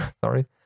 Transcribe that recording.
sorry